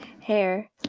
hair